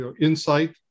insight